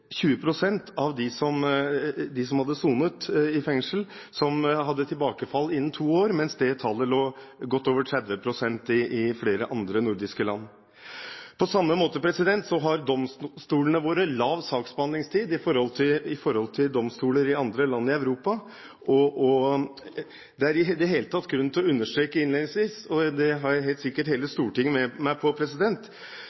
som hadde sonet i fengsel, hadde tilbakefall innen to år, mens tallet lå godt over 30 pst. i flere andre nordiske land. På samme måte har domstolene våre lav saksbehandlingstid i forhold til domstoler i andre land i Europa. Det er i det hele tatt grunn til å understreke innledningsvis – det har jeg sikkert hele